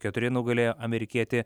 keturi nugalėjo amerikietį